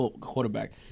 quarterback